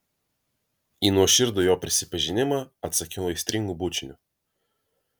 į nuoširdų jo prisipažinimą atsakiau aistringu bučiniu